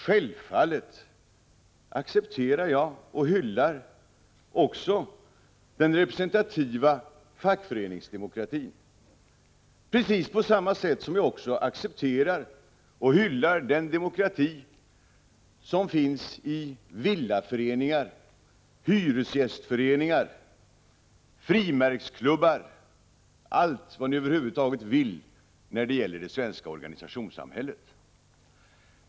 Självfallet accepterar jag och hyllar också den representativa fackföreningsdemokratin precis på samma sätt som jag accepterar och hyllar den demokrati som finns i villaföreningar, hyresgästföreningar, frimärksklubbar, ja allt vad ni vill när det gäller det svenska organisationssamhället.